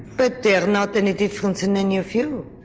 but they are not any different than any of you.